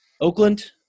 Oakland